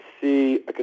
see